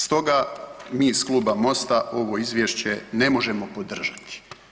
Stoga mi iz Kluba MOST-a ovo izvješće ne možemo podržati.